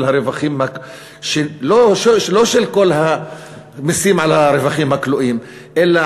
לא של כל המסים על הרווחים הכלואים אלא